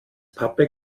pappe